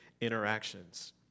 Interactions